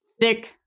thick